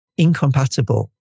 incompatible